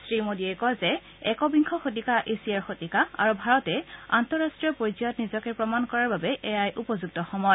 শ্ৰী মোডীয়ে কয় যে একবিংশ শতিকা এছিয়াৰ শতিকা আৰু ভাৰতে আন্তঃৰাষ্ট্ৰীয় পৰ্যায়ত নিজকে প্ৰমাণ কৰাৰ বাবে এয়াই উপযুক্ত সময়